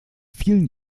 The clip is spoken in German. vielen